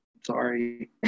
sorry